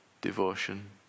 devotion